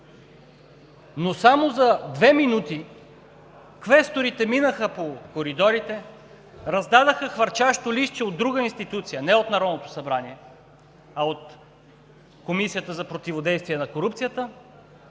но само за две минути квесторите минаха по коридорите, раздадоха хвърчащо листче от друга институция – не от Народното събрание, а от Комисията за противодействие на корупцията.